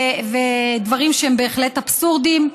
ודברים שהם בהחלט אבסורדיים.